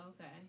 okay